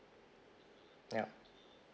yup